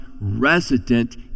resident